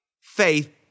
faith